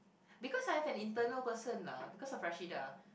because I have an internal person lah because of Rashidah